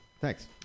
Thanks